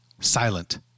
Silent